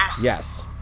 Yes